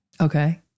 Okay